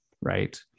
right